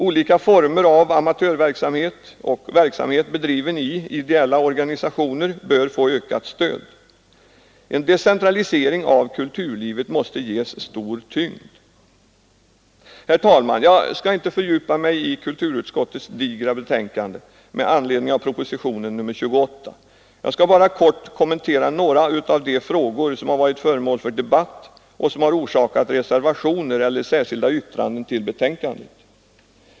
Olika former av amatörverksamhet och verksamhet bedriven i ideella organisationer bör få ökat stöd. En decentralisering av kulturlivet måste ges stor tyngd. Herr talman! Jag skall inte fördjupa mig i kulturutskottets digra betänkande med anledning av propositionen 28. Jag skall bara kort kommentera några av de frågor som har varit föremål för debatt och som har orsakat reservationer eller särskilda yttranden till betänkandet.